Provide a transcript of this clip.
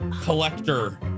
collector